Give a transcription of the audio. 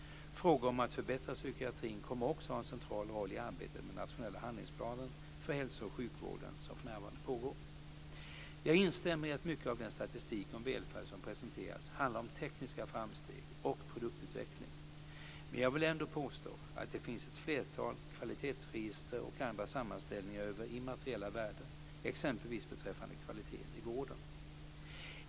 Frågor om att förbättra psykiatrin kommer också att ha en central roll i arbetet med den Nationella handlingsplanen för hälso och sjukvården som för närvarande pågår. Jag instämmer i att mycket av den statistik om välfärd som presenteras handlar om tekniska framsteg och produktutveckling. Men jag vill ändå påstå att det finns ett flertal kvalitetsregister och andra sammanställningar över immateriella värden, exempelvis beträffande kvaliteten i vården.